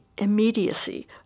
immediacy